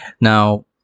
now